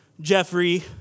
Jeffrey